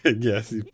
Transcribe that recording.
Yes